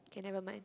K never mind